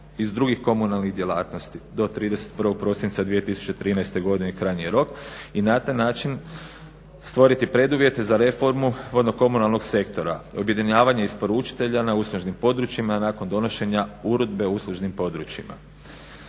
iz drugih komunalnih djelatnosti do 31. prosinca 2013. godine je krajnji rok. I na taj način stvoriti preduvjete za reformu vodokomunalnog sektora, objedinjavanje isporučitelja na uslužnim područjima nakon donošenja uredbe o uslužnim područjima.